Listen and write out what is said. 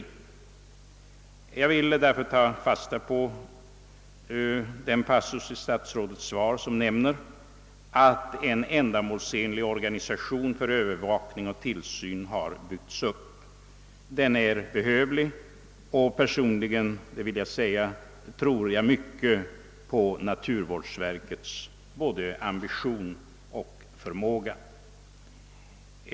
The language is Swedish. Jag vill därför ta fasta på den passus i statsrådets svar som nämner att en ändamålsenlig organisation för övervakning och tillsyn har byggts upp. Den är behövlig, och personligen tror jag mycket på naturvårdsverkets både ambition och förmåga.